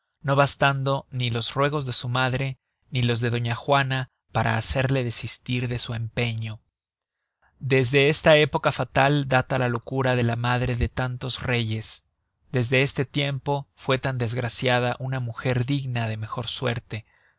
no bastando ni los ruegos de su madre ni los de doña juana para hacerle desistir de su empeño desde esta época fatal data la locura de la madre de tantos reyes desde este tiempo fue tan desgraciada una muger digna de mejor suerte